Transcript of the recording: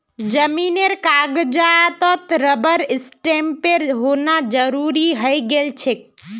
जमीनेर कागजातत रबर स्टैंपेर होना जरूरी हइ गेल छेक